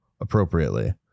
appropriately